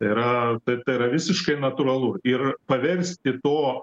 yra taip tai yra visiškai natūralu ir paversti to